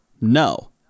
No